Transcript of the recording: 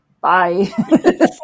Bye